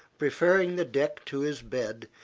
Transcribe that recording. preferring the deck to his bed,